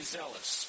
zealous